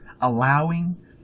allowing